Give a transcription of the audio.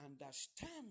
understand